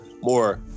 more